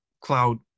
cloud